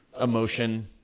emotion